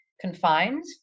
confined